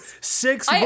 six